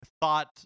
thought